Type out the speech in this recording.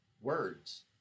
words